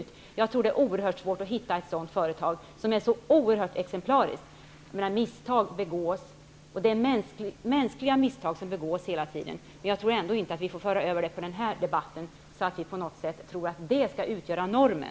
Jag tror att det är mycket svårt att hitta ett företag som är så oerhört exemplariskt. Det är mänskliga misstag som begås hela tiden. Vi får inte föra över den saken på den här debatten, så att vi på något sätt tror att detta skall utgöra normen.